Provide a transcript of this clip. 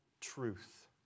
truth